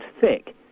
thick